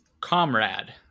Comrade